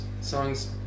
Songs